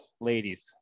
ladies